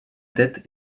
tête